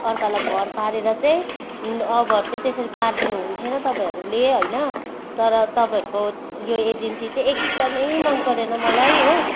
अर्कालाई भर पारेर चाहिँ अभर चाहिँ त्यसरी पारिदिनु हुने थिएन तपाईँहरूले होइन तर तपाईँहरूको यो एजेन्सी चाहिँ एकदमै मन परेन मलाई हो